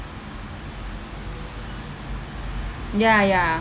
ya ya